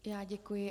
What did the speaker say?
Já děkuji.